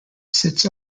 sits